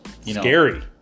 Scary